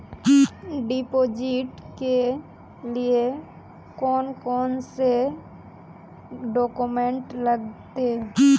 Deposit के लिए कौन कौन से डॉक्यूमेंट लगते?